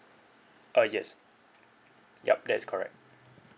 uh yes yup that's correct